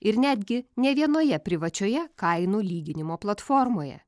ir netgi ne vienoje privačioje kainų lyginimo platformoje